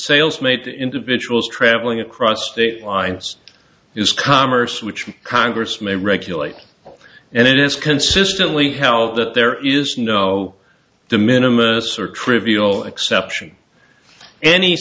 sales made to individuals traveling across state lines is commerce which congress may regulate and it has consistently held that there is no the minimum sir trivial exception any